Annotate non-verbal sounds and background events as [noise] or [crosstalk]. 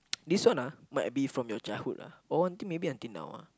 [noise] this one ah might be from your childhood ah or I think until now ah